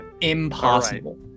impossible